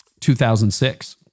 2006